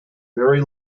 very